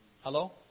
Hello